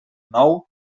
nou